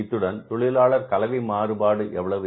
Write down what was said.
இத்துடன் தொழிலாளர் கலவை மாறுபாடு எவ்வளவு